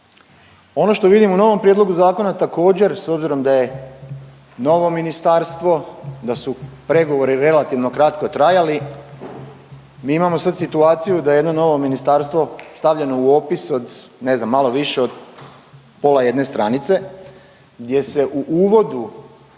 Ono što vidim u novom prijedlogu zakona također s obzirom da je novo ministarstvo, da su pregovori relativno kratko trajali, mi imamo sad situaciju da je jedno novo ministarstvo stavljeno u opis od, ne znam malo više od pola jedne stranice gdje se u uvodu djelokruga